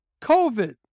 COVID